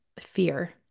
fear